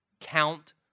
Count